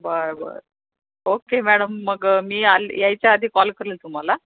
बरं बरं okay madam मग मी आल्या यायच्या आधी कॉल करेन तुम्हाला